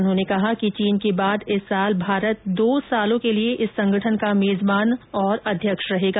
उन्होंने कहा कि चीन के बाद इस वर्ष भारत दो वर्ष के लिए इस संगठन का मेजबान और अध्यक्ष रहेगा